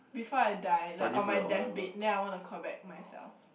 before I die like on my deathbed then I want to call back myself